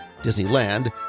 disneyland